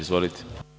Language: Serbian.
Izvolite.